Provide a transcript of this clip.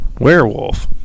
Werewolf